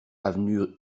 avenue